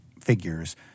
figures